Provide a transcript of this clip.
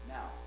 Now